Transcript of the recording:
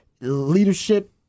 leadership